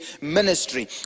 ministry